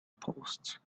post